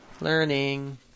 Learning